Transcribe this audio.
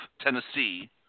Tennessee